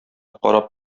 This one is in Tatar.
карап